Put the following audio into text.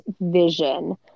vision